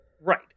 right